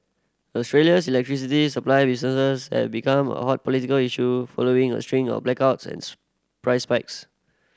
Australia's electricity supply business has become a hot political issue following a string of blackouts and price spikes